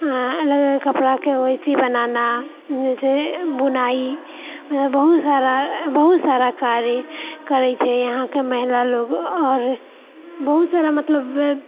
आ अलग अलग कपड़ाके वैसे बनाना जाहिसँ बुनाइ बहुत सारा बहुत सारा कार्य करैत छै इहाँके महिला लोग आओर बहुत सारा मतलब